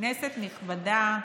כנסת נכבדה,